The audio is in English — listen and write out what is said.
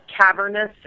cavernous